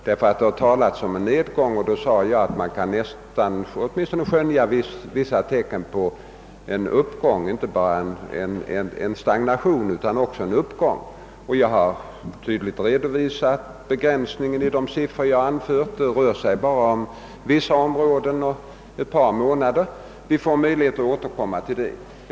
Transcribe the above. Det har ju talats om en nedgång och då sade jag att man nu kunde skönja tecken på en uppgång, alltså inte bara en stagnation utan också en uppgång. Jag har klart redovisat begränsningen av de siffror jag anfört. De avser bara vissa områden och endast ett par månader. Vi får som sagt möjligheter att återkomma till denna fråga.